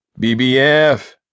BBF